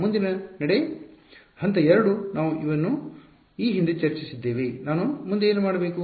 ಮುಂದಿನ ನಡೆ ಹಂತ 2 ನಾವು ಇದನ್ನು ಈ ಹಿಂದೆ ಚರ್ಚಿದ್ದೇವೆ ನಾನು ಮುಂದೆ ಏನು ಮಾಡಬೇಕು